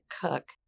Cook